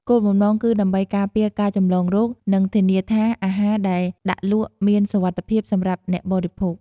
គោលបំណងគឺដើម្បីការពារការចម្លងរោគ និងធានាថាអាហារដែលដាក់លក់មានសុវត្ថិភាពសម្រាប់អ្នកបរិភោគ។